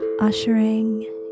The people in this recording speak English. Ushering